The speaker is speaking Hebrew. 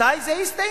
מתי זה יסתיים?